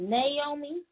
Naomi